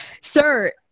sir